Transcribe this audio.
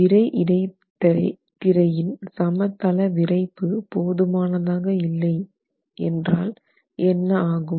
விறை இடைத்திரையின் சமதள விறைப்பு போதுமானதாக இல்லை என்றால் என்ன ஆகும்